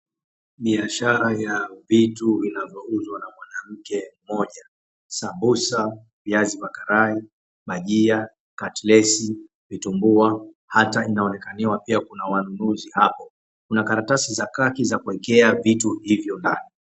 Biashara ya vitu vinavyouzwa na mwanamke mmoja ;sambusa, viazi vya karai, bajia, katilesi, vitumbua ata inaonekaniwa kuna wanunuzi hapo. Kuna karatasi za kaki za kuwekea vitu hivyo ndani.